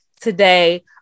today